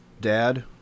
dad